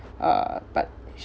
uh but she